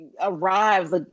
arrives